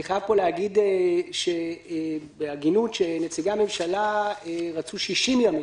אני חייב להגיד בהגינות שנציגי הממשלה רצו 60 ימים.